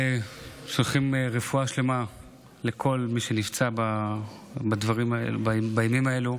ושולחים רפואה שלמה לכל מי שנפצע בימים האלה.